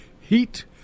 heat